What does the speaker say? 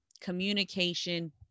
communication